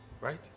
Right